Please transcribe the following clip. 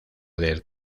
del